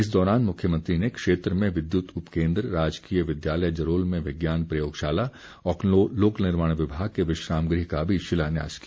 इस दौरान मुख्यमंत्री ने क्षेत्र में विद्युत उपकेन्द्र राजकीय विद्यालय जरोल में विज्ञान प्रयोगशाला और लोक निर्माण विभाग के विश्राम गृह का भी शिलान्यास किया